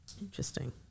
Interesting